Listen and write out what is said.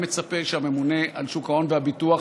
אני מצפה שהממונה על שוק ההון והביטוח